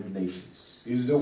nations